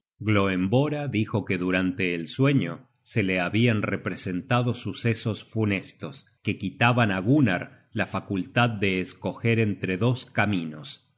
pasearon juntos gloemvora dijo que durante el sueño se la habian representado sucesos funestos que quitaban á gunnar la facultad de escoger entre dos caminos y